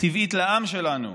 טבעית לעם שלנו,